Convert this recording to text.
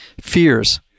fears